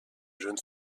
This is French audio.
jeune